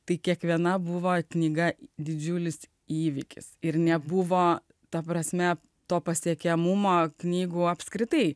tai kiekviena buvo knyga didžiulis įvykis ir nebuvo ta prasme to pasiekiamumo knygų apskritai